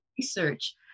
research